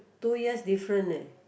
two years different neh